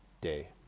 day